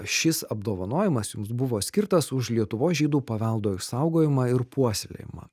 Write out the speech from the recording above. šis apdovanojimas jums buvo skirtas už lietuvos žydų paveldo išsaugojimą ir puoselėjimą